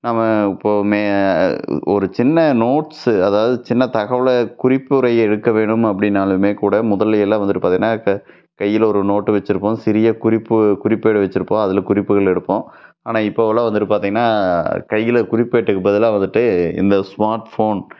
நம்ம எப்போவுமே ஒரு சின்ன நோட்ஸ்ஸு அதாவது சின்ன தகவலை குறிப்புரை எடுக்கவேணும் அப்படினாலுமே கூட முதல்ல எல்லாம் வந்துவிட்டு பார்த்தினா கையில் ஒரு நோட்டு வச்சி இருப்போம் சிறிய குறிப்பு குறிப்பேடு வச்சி இருப்போம் அதில் குறிப்புகளை எடுப்போம் ஆனால் இப்போவெல்லாம் வந்துவிட்டு பார்த்திங்னா கையில் குறிப்பேட்டுக்கு பதிலாக வந்துவிட்டு இந்த ஸ்மார்ட் ஃபோன்